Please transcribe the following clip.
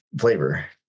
flavor